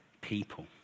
people